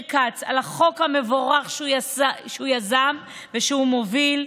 כץ על החוק המבורך שהוא יזם ושהוא מוביל.